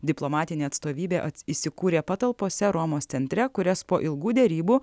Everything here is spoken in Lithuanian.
diplomatinė atstovybė įsikūrė patalpose romos centre kurias po ilgų derybų